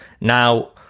Now